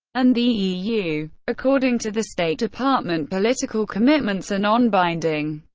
and the eu. according to the state department political commitments are non-binding.